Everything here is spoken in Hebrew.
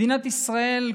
מדינת ישראל,